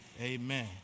Amen